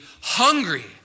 hungry